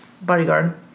Bodyguard